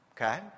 Okay